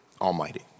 Almighty